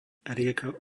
rieka